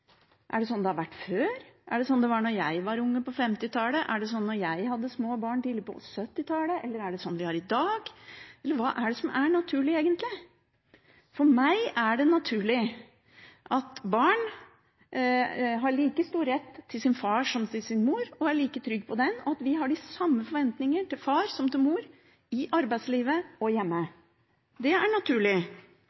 er naturlig. Er det sånn det har vært før, er det sånn det var da jeg var ung på 1950-tallet, er det sånn det var da jeg hadde små barn på 1970-tallet, eller er det sånn vi har det i dag? Hva er det som er naturlig egentlig? For meg er det naturlig at barn har like stor rett til sin far som til sin mor og er like trygge på dem, og at vi har de samme forventninger til far som til mor i arbeidslivet og hjemme.